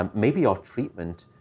um maybe our treatment,